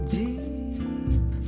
deep